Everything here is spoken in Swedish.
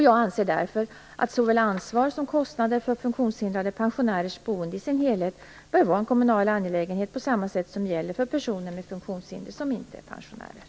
Jag anser därför att såväl ansvar som kostnader för funktionshindrade pensionärers boende i sin helhet bör vara en kommunal angelägenhet på samma sätt som gäller för personer med funktionshinder som inte är pensionärer.